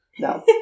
No